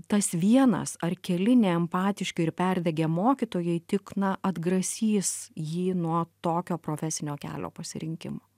tas vienas ar keli neempatiški ir perdegę mokytojai tik na atgrasys jį nuo tokio profesinio kelio pasirinkimo